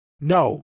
No